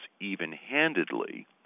even-handedly